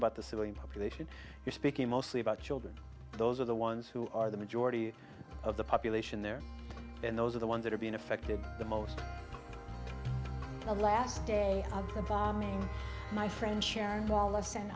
about the civilian population you're speaking mostly about children those are the ones who are the majority of the population there and those are the ones that are being affected the most the last day of the bombing my friend sharon wallace and